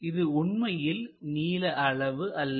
இது உண்மையில் நீள அளவு அல்ல